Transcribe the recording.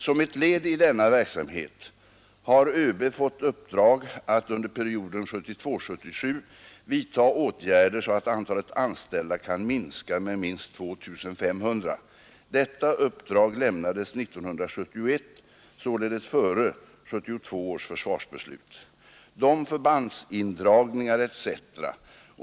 Som ett led i denna verksamhet har överbefälhavaren fått uppdrag att under perioden 1972-1977 vidta åtgärder så att antalet anställda kan minska med minst 2 500. Detta uppdrag lämnades 1971, således före 1972 års försvarsbeslut. De förbandsindragningar etc.